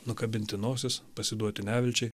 nukabinti nosis pasiduoti nevilčiai